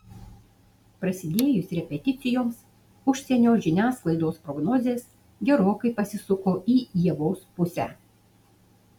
prasidėjus repeticijoms užsienio žiniasklaidos prognozės gerokai pasisuko į ievos pusę